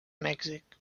mèxic